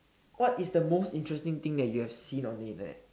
what is the most interesting thing that you have seen on the Internet